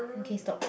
okay stop